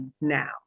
now